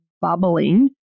bubbling